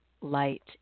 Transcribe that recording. light